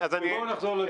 בואו נחזור לדיון.